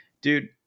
dude